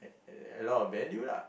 a~ a lot of value lah